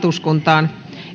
eduskuntaan